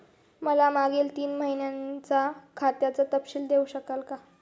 मला मागील तीन महिन्यांचा खात्याचा तपशील देऊ शकाल का?